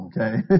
okay